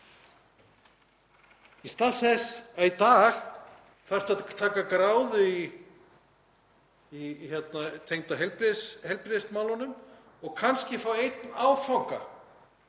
í stað þess að í dag þarftu að taka gráðu tengda heilbrigðismálunum og kannski fá einn áfanga